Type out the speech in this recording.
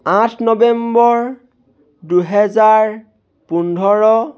আঠ নৱেম্বৰ দুহেজাৰ পোন্ধৰ